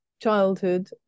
childhood